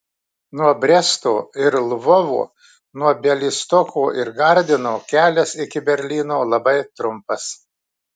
nuo bresto ir lvovo nuo bialystoko ir gardino kelias iki berlyno labai trumpas